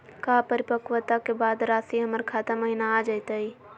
का परिपक्वता के बाद रासी हमर खाता महिना आ जइतई?